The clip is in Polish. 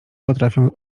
potrafią